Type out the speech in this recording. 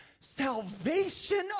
salvation